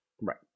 Right